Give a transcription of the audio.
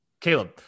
Caleb